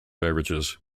beverages